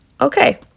Okay